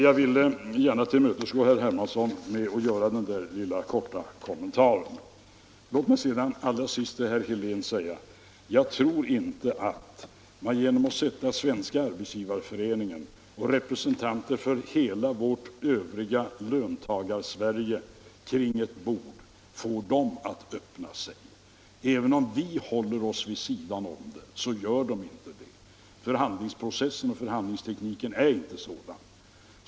Jag har velat tillmötesgå herr Hermansson med att göra den här lilla korta kommentaren. Låt mig sedan till herr Helén säga, att jag tror inte att man genom att sätta Svenska arbetsgivareföreningen och representanter för hela vårt övriga Löntagarsverige kring ett bord får dem att öppna sig. Även om vi håller oss vid sidan om så gör de inte det. Förhandlingsprocessen och förhandlingstekniken är inte sådana.